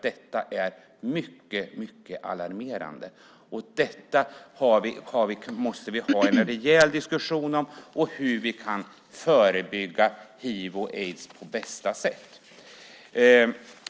Det är mycket, mycket alarmerade, och vi måste därför ha en rejäl diskussion om hur vi på bästa sätt kan förebygga hiv och aids.